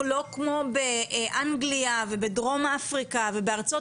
לא כמו באנגליה ובדרום אפריקה ובארצות